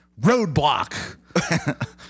roadblock